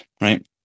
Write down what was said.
right